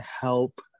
help